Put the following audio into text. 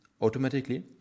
automatically